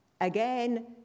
again